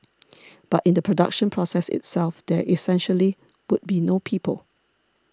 but in the production process itself there essentially would be no people